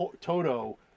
Toto